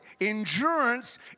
Endurance